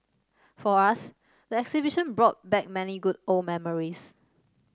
for us the exhibition brought back many good old memories